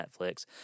Netflix